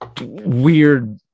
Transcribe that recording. weird